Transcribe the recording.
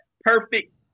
perfect